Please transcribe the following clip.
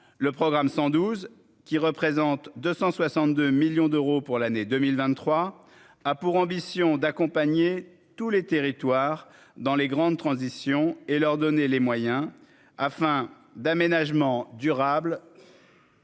Le programme 112 qui représente 262 millions d'euros pour l'année 2023 a pour ambition d'accompagner tous les territoires, dans les grandes transitions et leur donner les moyens afin d'aménagement durable.